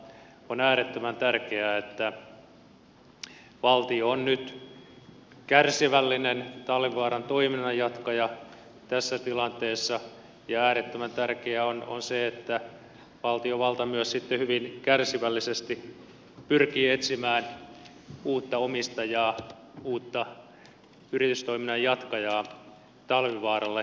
on äärettömän tärkeää että valtio on nyt kärsivällinen talvivaaran toiminnan jatkaja tässä tilanteessa ja äärettömän tärkeää on se että valtiovalta myös hyvin kärsivällisesti pyrkii etsimään uutta omistajaa uutta yritystoiminnan jatkajaa talvivaaralle